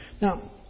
Now